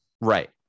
Right